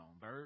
Bird